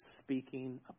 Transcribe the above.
speaking